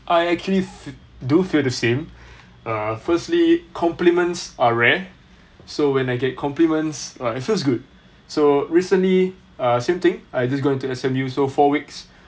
I actually do feel the same uh firstly compliments are rare so when I get compliments it feels good so recently uh same thing I just got into S_M_U so four weeks